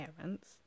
parents